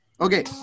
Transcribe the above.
Okay